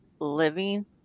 living